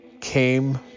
came